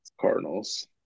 cardinals